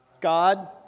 God